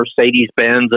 Mercedes-Benz